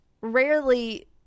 rarely